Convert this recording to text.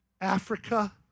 Africa